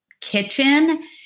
kitchen